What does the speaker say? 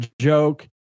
joke